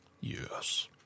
yes